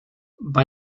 bei